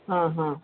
ആഹാ